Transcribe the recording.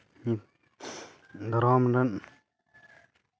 ᱫᱷᱚᱨᱚᱢ ᱨᱮᱱ